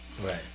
Right